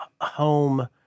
home